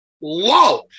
love